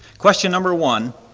question number one,